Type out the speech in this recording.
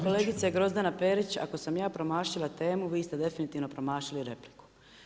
Kolegice Grozdana Perić, ako sam ja promašila temu vi ste definitivno promašili repliku.